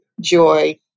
joy